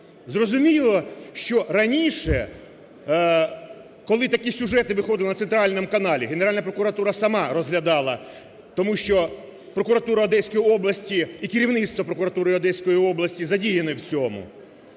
Зрозуміло, що раніше, коли такі сюжети виходили на центральному каналі, Генеральна прокуратура сама розглядала, тому що прокуратура Одеської області і керівництво прокуратури Одеської області задіяні в цьому.